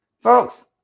Folks